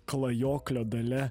klajoklio dalia